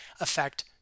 affect